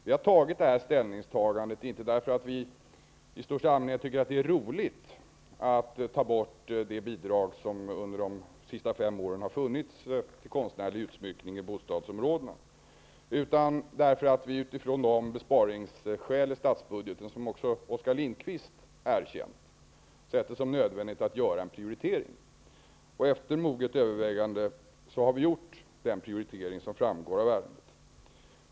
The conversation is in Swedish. Vi har inte gjort detta ställningstagande därför att vi i största allmänhet tycker att det är roligt att ta bort det bidrag som har funnits under de senaste fem åren för konstnärlig utsmyckning i bostadsområdena. Vi gör detta därför att vi utifrån de besparingsskäl i statsbudgeten som också Oskar Lindkvist har erkänt har sett det som nödvändigt att prioritera. Efter moget övervägande har vi gjort den prioritering som framgår av ärendet.